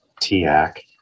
TAC